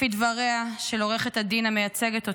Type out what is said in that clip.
לפי דבריה של עורכת הדין המייצגת אותה,